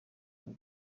muri